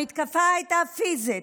המתקפה הייתה פיזית,